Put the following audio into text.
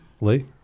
Lee